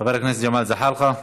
חבר הכנסת ג'מאל זחאלקה,